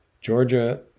georgia